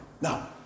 Now